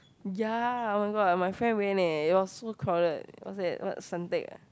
ya oh-my-god my friend went eh it was so crowded it was at what Suntec ah